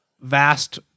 vast